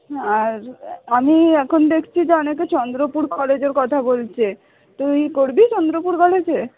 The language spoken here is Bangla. আর আমি এখন দেখছি যে অনেকে চন্দ্রপুর কলেজের কথা বলছে তুই করবি চন্দ্রপুর কলেজে